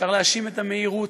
אפשר להאשים את המהירות,